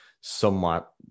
somewhat